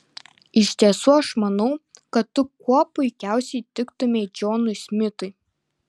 iš tiesų aš manau kad tu kuo puikiausiai tiktumei džonui smitui